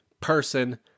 person